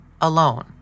alone